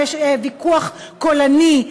אם יש ויכוח קולני,